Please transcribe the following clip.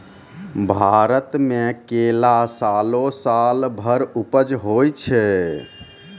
भारत मे केला सालो सालो भर उपज होय छै